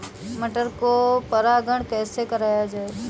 मटर को परागण कैसे कराया जाता है?